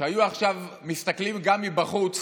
היו עכשיו מסתכלים גם מבחוץ